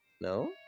No